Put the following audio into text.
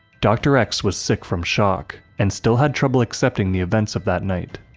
dr. x was sick from shock, and still had trouble accepting the events of that night.